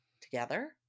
Together